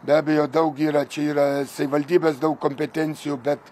be abejo daug yra čia yra savivaldybės daug kompetencijų bet